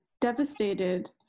devastated